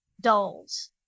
dolls